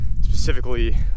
specifically